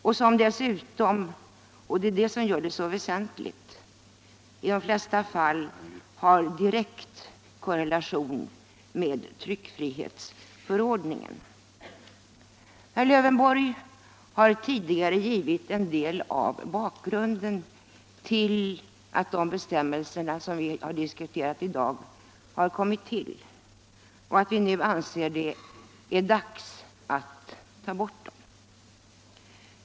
Det som gör detta så väsentligt är dessutom att dessa bestämmelser i de flesta fall har direkt korrelation med tryckfrihetsförordningen. Herr Lövenborg har givit en del av bakgrunden till hur de bestämmelser vi diskuterar i dag har kommit till och varför vi nu anser att det är dags att ta bort dem.